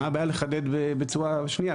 מה הבעיה לחדד בצורה שנייה?